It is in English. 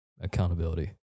accountability